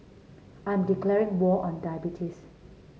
I'm declaring war on diabetes